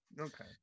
okay